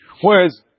Whereas